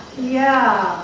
yeah.